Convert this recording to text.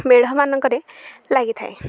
ମେଢ଼ମାନଙ୍କରେ ଲାଗିଥାଏ